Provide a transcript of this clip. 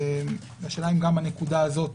השאלה אם גם הנקודה הזאת